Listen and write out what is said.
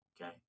Okay